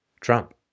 Trump